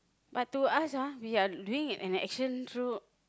but to us ah we are doing an action through